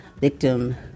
victim